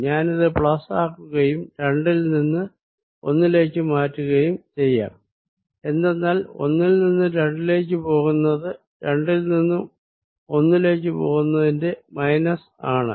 ഞാനിത് പ്ലസ് ആക്കുകയും 2 ൽ നിന്ന് 1 ലേക്ക് മാറ്റുകയും ചെയ്യാം എന്തെന്നാൽ ഒന്നിൽ നിന്നും രണ്ടിലേക്കു പോകുന്നത് രണ്ടിൽ നിന്നും ഒന്നിലേക്ക് പോകുന്നതിന്റെ മൈനസ് ആണ്